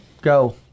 Go